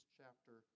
chapter